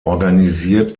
organisiert